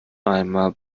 einmal